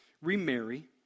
remarry